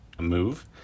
move